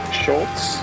Schultz